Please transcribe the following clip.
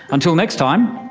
until next time,